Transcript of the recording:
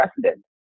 president